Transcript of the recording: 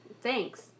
Thanks